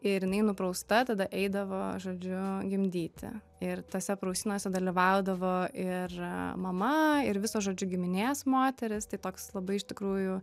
ir jinai nuprausta tada eidavo žodžiu gimdyti ir tose prausynose dalyvaudavo ir mama ir visos žodžiu giminės moterys tai toks labai iš tikrųjų